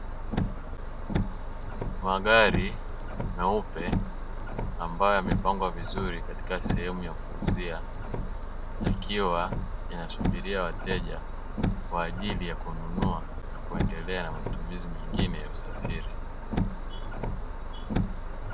Magari meupe ambayo yamepangwa vizuri katika sehemu ya kuuzia yakiwa yanasubiria wateja kwa ajili ya kununua na kuendelea na matumizi mengine ya usafiri.